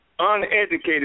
Uneducated